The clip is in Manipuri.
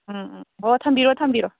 ꯎꯝ ꯎꯝ ꯍꯣ ꯊꯝꯕꯤꯔꯣ ꯊꯝꯕꯤꯔꯣ